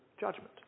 judgment